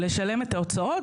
לשלם את ההוצאות,